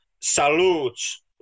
salutes